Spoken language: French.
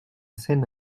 scène